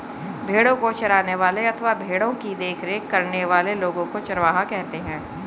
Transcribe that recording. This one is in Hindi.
भेड़ों को चराने वाले अथवा भेड़ों की देखरेख करने वाले लोगों को चरवाहा कहते हैं